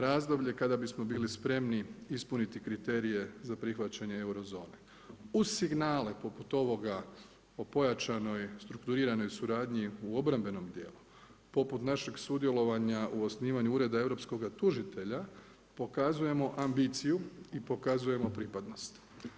Razdoblje kada bismo bili spremni ispuniti kriterije za prihvaćanje eurozone uz signale poput ovoga po pojačanoj strukturiranoj suradnji u obrambenom dijelu, poput našeg sudjelovanja u osnivanju ureda europskoga tužitelja pokazujemo ambiciju i pokazujemo pripadnost.